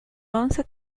once